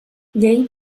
llei